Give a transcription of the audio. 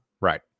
Right